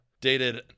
dated